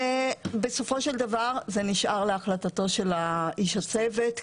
בסופו של דבר זה נשאר להחלטתו של איש הצוות.